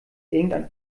irgendein